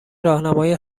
راهنمای